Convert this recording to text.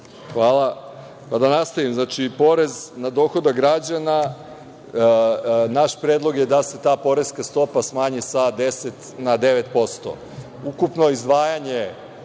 Hvala. Znači, porez na dohodak građana, naš predlog je da se ta poreska stopa smanji sa 10 na 9%. Ukupno izdvajanje